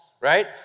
right